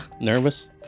Nervous